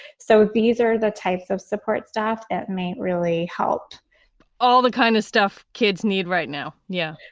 so these are the types of support staff at may really helped all the kind of stuff kids need right now yeah,